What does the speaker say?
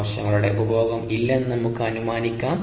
കോശങ്ങളുടെ ഉപഭോഗം ഇല്ലെന്ന് നമുക്ക് അനുമാനിക്കാം